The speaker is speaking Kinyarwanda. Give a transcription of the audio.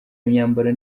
imyambaro